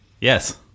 Yes